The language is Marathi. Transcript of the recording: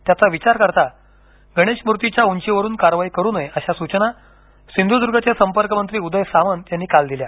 त्याचा विचार करता गणेश मूर्तीच्या उंचीवरून कारवाई करू नये अशा सूचना सिंधुदूर्गचे संपर्कमंत्री उदय सामंत यांनी काल दिल्या